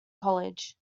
collage